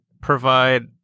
provide